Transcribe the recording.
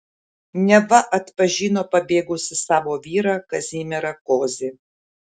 neva atpažino pabėgusį savo vyrą kazimierą kozį